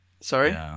Sorry